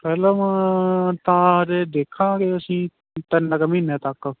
film ਤਾਂ ਅਜੇ ਦੇਖਾਂਗੇ ਅਸੀਂ ਤਿੰਨ ਕੁ ਮਹੀਨੇ ਤੱਕ